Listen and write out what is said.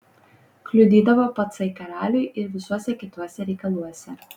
kliudydavo pacai karaliui ir visuose kituose reikaluose